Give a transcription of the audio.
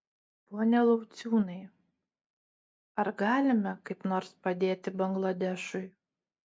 pone lauciūnai ar galime kaip nors padėti bangladešui